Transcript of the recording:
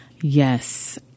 yes